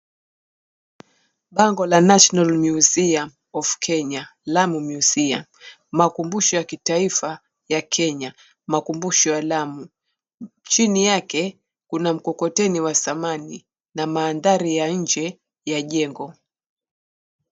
Bango la National Museum of Kenya Lamu Museum, makumbusho ya kitaifa ya Kenya makumbusho ya Lamu. Chini yake kuna mkokoteni wa zamani na maandhari ya nje ya jengo.